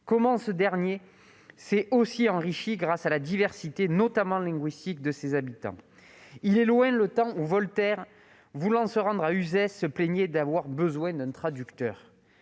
comment ce dernier s'est aussi enrichi grâce à la diversité, notamment linguistique, de ses habitants. Il est loin le temps où Voltaire, voulant se rendre à Uzès, se plaignait d'avoir besoin d'un traducteur.